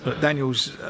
Daniel's